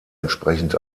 entsprechend